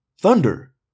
Thunder